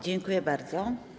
Dziękuję bardzo.